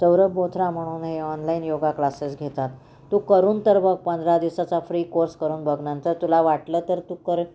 सौरभ बोथरा म्हणून हे online yoga classes घेतात तू करून तर बघ पंधरा दिवसाचा फ्री कोर्स करून बघनंतर तुला वाटलं तर तू कर